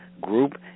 group